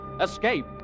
Escape